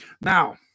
now